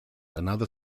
another